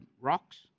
Rocks